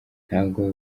ntabwo